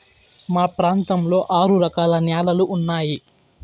మా ప్రాంతంలో ఆరు రకాల న్యాలలు ఉన్నాయి